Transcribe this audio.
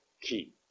key